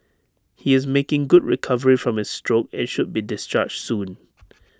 he is making good recovery from his stroke and should be discharged soon